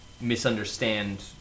misunderstand